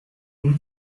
اون